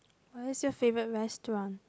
what is your favourite restaurant